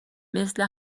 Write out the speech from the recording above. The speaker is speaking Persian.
مثل